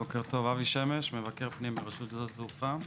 שלום, אבי שמש, מבקר פנים ברשות שדות התעופה.